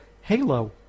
Halo